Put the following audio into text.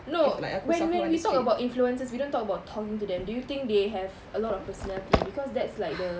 no when when we talk about influencers we don't talk about talking to them do you think they have a lot of personality because that's like the